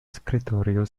escritório